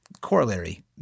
corollary